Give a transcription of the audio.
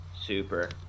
Super